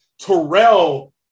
Terrell